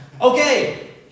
Okay